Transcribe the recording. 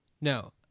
No